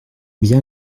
bien